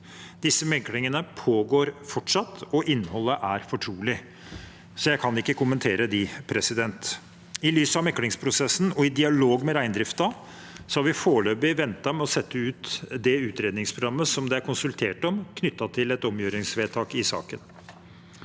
Meklingene pågår fortsatt, og innholdet er fortrolig, så jeg kan ikke kommentere det. I lys av meklingsprosessen og i dialog med reindriften har vi foreløpig ventet med å sette ut utredningsprogrammet som det er konsultert om, knyttet til et omgjøringsvedtak i saken.